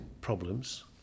problems